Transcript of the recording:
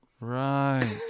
right